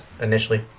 initially